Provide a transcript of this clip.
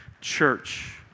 Church